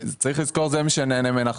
והם אלה שנהנים ממנה.